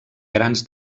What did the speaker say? grans